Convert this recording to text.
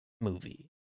movie